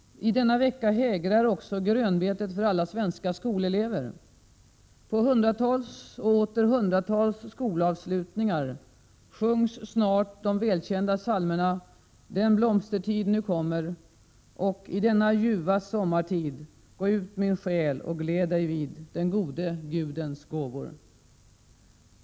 Denna vecka hägrar också grönbetet för alla svenska skolelever. På hundratals och åter hundratals skolavslutningar sjungs snart de välkända psalmerna Den blomstertid nu kommer och I denna ljuva sommartid gå ut min själ och gläd dig vid den gode Gudens gåvor.